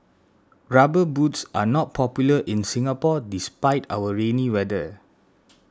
rubber boots are not popular in Singapore despite our rainy weather